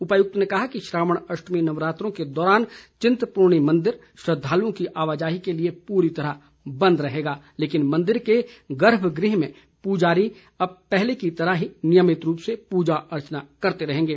उपायुक्त ने कहा कि श्रावण अष्टमी नवरात्रों के दौरान चिंतपूर्णी मंदिर श्रद्धालुओं की आवाजाही के लिए पूरी तरह बंद रहेगा लेकिन मंदिर के गर्भगृह में पुजारी पहले की तरह ही नियमित रूप से पूजा अर्चना करते रहेंगे